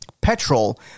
Petrol